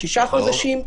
שישה חודשים,